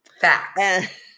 Facts